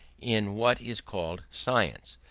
in what is called science.